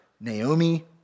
Naomi